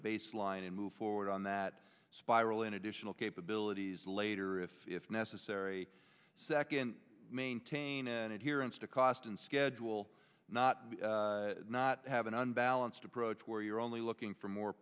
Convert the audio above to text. baseline and move forward on that spiral in additional capabilities later if necessary second maintain adherence to cost and schedule not not have an unbalanced approach where you're only looking for more